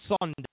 Sunday